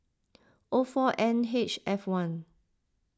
O four N H F one